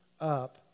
up